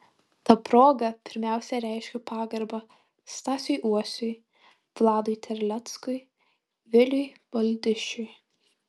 ta proga pirmiausia reiškiu pagarbą stasiui uosiui vladui terleckui viliui baldišiui